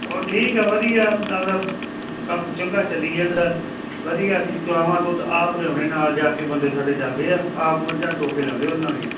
ਹੋਰ ਠੀਕ ਆ ਵਧੀਆ ਆਪਦਾ ਕੰਮ ਚੰਗਾ ਚੱਲੀ ਜਾਂਦਾ ਵਧੀਆ ਅਸੀਂ ਚੁਆਵਾਂ ਦੁੱਧ ਆਪ ਲਿਆਉਣੇ ਨਾਲ ਜਾ ਕੇ ਬੰਦੇ ਸਾਡੇ ਜਾਂਦੇ ਆ ਆਪ ਮੱਝਾਂ ਚੌ ਕੇ ਲਿਆਉਂਦੇ ਉਹਨਾਂ ਦੀਆਂ